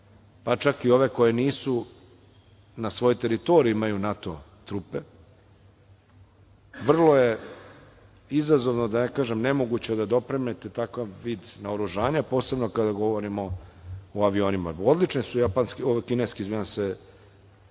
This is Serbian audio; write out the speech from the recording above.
pa čak i ove koje nisu, na svojoj teritoriji imaju NATO trupe, vrlo je izazovno, da ne kažem nemoguće, da dopremite takav vid naoružanja, posebno kada govorimo o avionima. Odlični su kineski